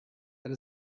that